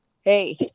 Hey